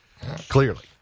Clearly